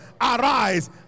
arise